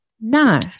Nine